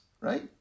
right